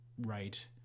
right